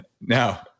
Now